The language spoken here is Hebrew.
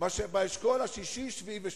מאשר באשכול השישי, השביעי והשמיני,